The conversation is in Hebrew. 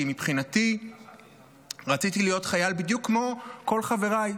כי מבחינתי רציתי להיות חייל בדיוק כמו כל חבריי.